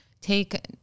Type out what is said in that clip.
take